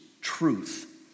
truth